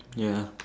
ya